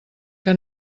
que